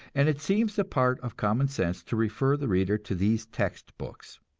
and it seems the part of common sense to refer the reader to these text-books.